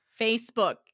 Facebook